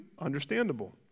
understandable